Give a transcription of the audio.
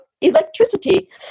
electricity